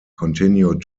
continued